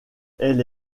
elle